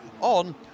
on